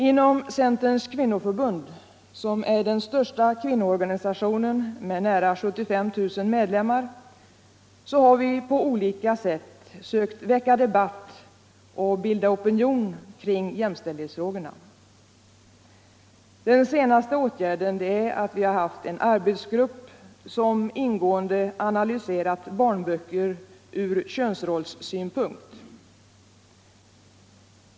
Inom Centerns kvinnoförbund, som är den största kvinnoorganisationen med nära 75 000 medlemmar, har vi på olika sätt sökt väcka debatt och bilda opinion kring jämställdhetsfrågorna. Den senaste åtgärden är att vi har haft en arbetsgrupp som ingående analyserat barnböcker från könsrollssynpunkt.